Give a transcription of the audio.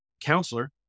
counselor